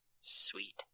Sweet